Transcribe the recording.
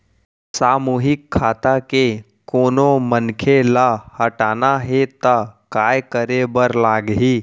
सामूहिक खाता के कोनो मनखे ला हटाना हे ता काय करे बर लागही?